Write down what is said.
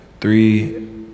three